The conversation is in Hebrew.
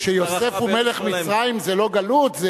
כשיוסף הוא מלך מצרים זו לא גלות.